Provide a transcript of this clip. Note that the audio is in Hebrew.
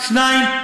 שניים?